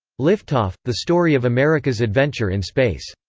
liftoff the story of america's adventure in space.